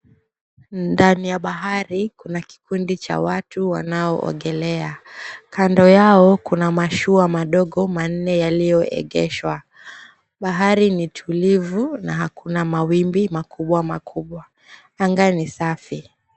Ndani ya bahari kuna kikundi cha watu wanao ogelea. Kando yao kuna mashua madogo manne yaliyoegeshwa. Bahari ni tulivu na hakuna mawimbi makubwa makubwa. Anga ni safi.